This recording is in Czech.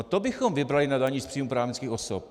To bychom vybrali na dani z příjmů právnických osob!